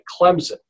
Clemson